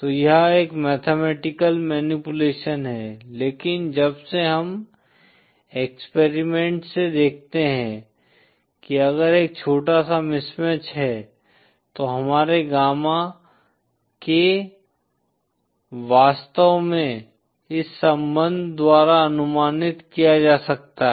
तो यह एक मैथमेटिकल मैनीपुलेशन है लेकिन जब से हम एक्सपेरिमेंट से देखते हैं कि अगर एक छोटा सा मिसमैच है तो हमारे गामा k वास्तव में इस सम्बद्ध द्वारा अनुमानित किया जा सकता है